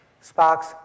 Spark's